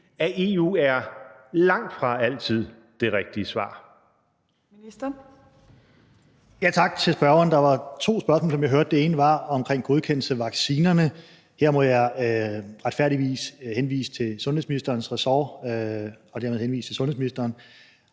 Ministeren. Kl. 15:09 Udenrigsministeren (Jeppe Kofod): Tak til spørgeren. Der var to spørgsmål, som jeg hørte det. Det ene var om godkendelse af vaccinerne. Her må jeg retfærdigvis henvise til sundhedsministerens ressort og dermed henvise til sundhedsministeren,